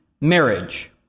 marriage